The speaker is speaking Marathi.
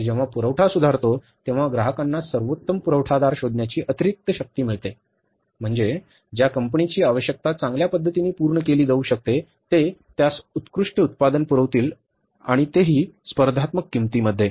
आता जेव्हा पुरवठा सुधारतो तेव्हा ग्राहकांना सर्वोत्तम पुरवठादार शोधण्याची अतिरिक्त शक्ती मिळते म्हणजे ज्या कंपनीची आवश्यकता चांगल्या पद्धतीने पूर्ण केली जाऊ शकते ते त्यास उत्कृष्ट उत्पादन पुरवतील अतिशय स्पर्धात्मक किंमत